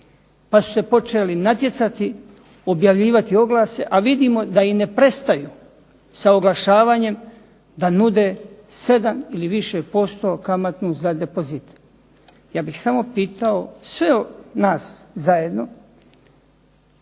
pa su se počeli natjecati, objavljivati oglase a vidimo da i ne prestaju sa oglašavanjem, da nude 7 ili više posto kamatu za depozit. Ja bih samo pitao sve nas zajedno